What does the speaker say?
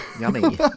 Yummy